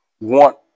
want